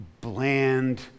bland